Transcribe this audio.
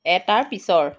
এটাৰ পিছৰ